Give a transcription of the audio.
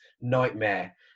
nightmare